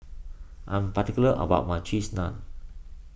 I am particular about my Cheese Naan